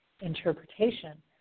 interpretation